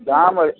दाम अछि